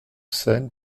seine